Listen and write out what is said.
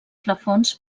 plafons